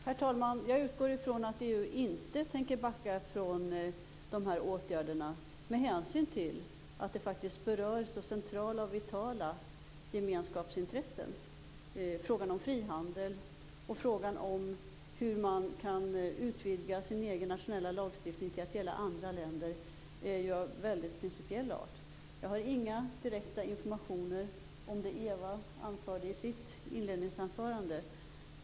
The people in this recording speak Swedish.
Herr talman! Jag utgår från att EU inte tänker backa från de här åtgärderna med tanke på att de faktiskt berör så centrala och vitala gemenskapsintressen. Frågan om frihandel och frågan om hur man kan utvidga sin egen nationella lagstiftning till att gälla andra länder är av mycket principiell art. Jag har inga direkta informationer om det Eva Zetterberg anförde i sitt inledningsanförande.